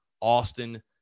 Austin